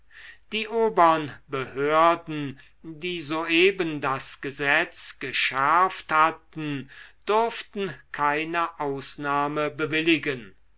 die obern behörden die soeben das gesetz geschärft hatten durften keine ausnahme bewilligen